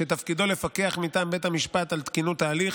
שתפקידו לפקח מטעם בית המשפט על תקינות ההליך